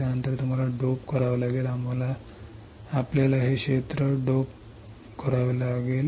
त्यानंतर तुम्हाला डोप करावा लागेल आपल्याला हे क्षेत्र डोप करावे लागेल